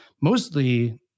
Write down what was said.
mostly